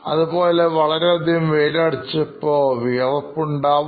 അതുപോലെ വളരെയധികം വെയിലടിച്ചപോൾ വിയർപ്പ് ഉണ്ടാവും